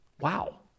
Wow